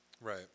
Right